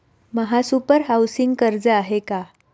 महासुपर हाउसिंग कर्ज आहे का?